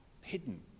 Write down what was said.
hidden